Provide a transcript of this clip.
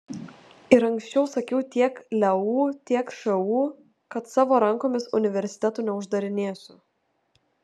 ir anksčiau sakiau tiek leu tiek šu kad savo rankomis universitetų neuždarinėsiu